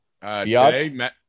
Today